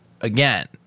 again